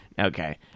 Okay